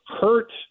Hurt